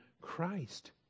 Christ